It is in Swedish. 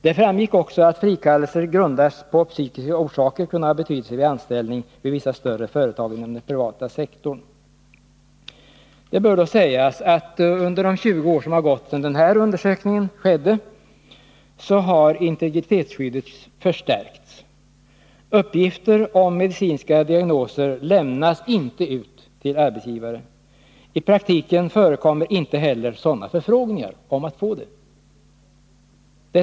Det framgick också att frikallelser, grundade på psykiska orsaker, kunde ha betydelse vid anställning vid vissa större företag inom den privata sektorn. Det bör sägas att under de 20 år som gått sedan den här undersökningen skedde har integritetsskyddet förstärkts. Medicinska diagnoser lämnas inte ut till arbetsgivarna. I praktiken förekommer inte heller förfrågningar om att få diagnoser utlämnade.